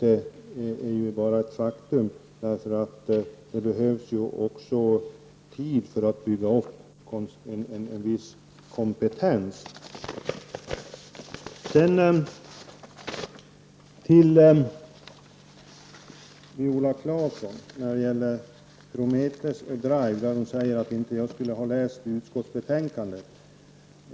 Det behövs ju också tid för att bygga upp en viss kompetens. Viola Claesson säger att jag inte skulle ha läst vad utskottet skriver om Prometheus och Drive.